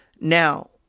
Now